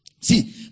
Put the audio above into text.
See